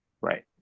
Right